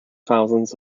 thousands